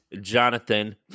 Jonathan